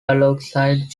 alongside